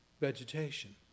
vegetation